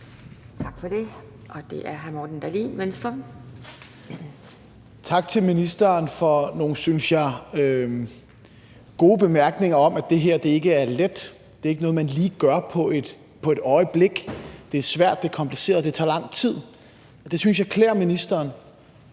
Venstre. Kl. 12:52 Morten Dahlin (V): Tak til ministeren for nogle, synes jeg, gode bemærkninger om, at det her ikke er let; det er ikke noget, man lige gør på et øjeblik; det er svært, det er kompliceret, og det tager lang tid. Og det synes jeg klæder ministeren